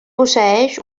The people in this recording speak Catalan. posseeix